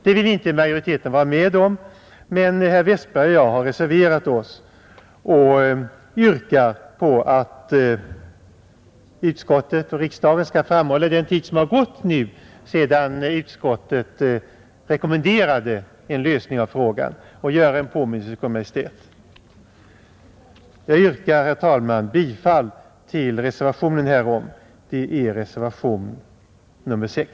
Det vill inte majoriteten vara med om, men herr Westberg i Ljusdal och jag har reserverat oss och yrkar att riksdagen skall framhålla den tid som har gått sedan utskottet rekommenderade en lösning av frågan och göra en påminnelse till Kungl. Maj:t. Jag yrkar, herr talman, bifall till reservationen 6.